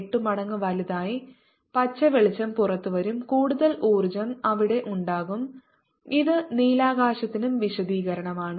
8 മടങ്ങ് വലുതായി പച്ച വെളിച്ചം പുറത്തുവരും കൂടുതൽ ഊർജ്ജം അവിടെ ഉണ്ടാകും ഇത് നീലാകാശത്തിനും വിശദീകരണമാണ്